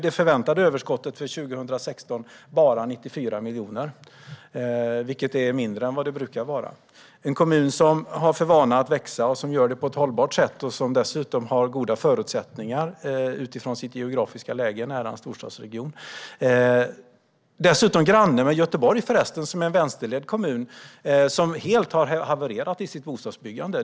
Det förväntade överskottet för 2016 är bara 94 miljoner, vilket är mindre än det brukar vara i en kommun som har för vana att växa, som gör det på ett hållbart sätt och som dessutom har goda förutsättningar genom sitt geografiska läge nära en storstadsregion. Den är dessutom granne med Göteborg, som är en vänsterledd kommun vars bostadsbyggande har havererat helt.